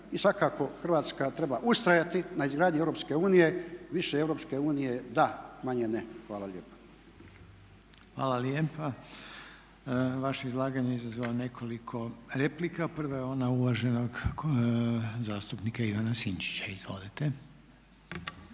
I svakako Hrvatska treba ustrajati na izgradnji Europske unije, više Europske unije da, manje ne. Hvala lijepa. **Reiner, Željko (HDZ)** Hvala lijepa. Vaše je izlaganje izazvalo nekoliko replika. Prva je ona uvaženog zastupnika Ivana Sinčića. Izvolite.